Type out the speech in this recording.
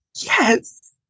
yes